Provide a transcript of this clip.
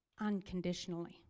unconditionally